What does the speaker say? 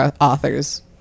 author's